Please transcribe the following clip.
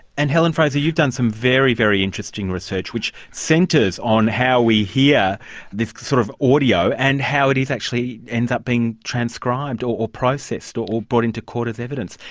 and helen fraser, you've done some very, very interesting research which centres on how we hear this sort of audio, and how it is actually, ends up being transcribed or processed or or brought into court as evidence.